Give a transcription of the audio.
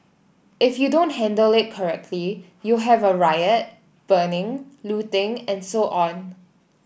if you don't handle it correctly you have a riot burning looting and so on